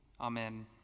Amen